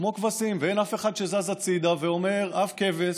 כמו כבשים, ואין אף אחד שזז הצידה ואומר, אף כבש